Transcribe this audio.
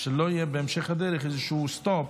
שלא יהיה בהמשך הדרך איזשהו סטופ,